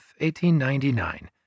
1899